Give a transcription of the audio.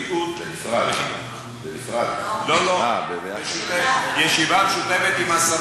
חברת הכנסת שאשא ביטון,